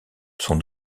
sont